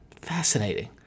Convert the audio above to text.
Fascinating